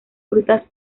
frutas